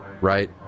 right